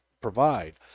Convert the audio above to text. provide